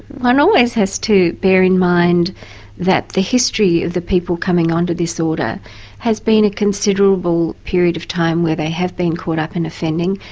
one always has to bear in mind that the history of the people coming on to this order has been a considerable period of time where they have been caught up in offending,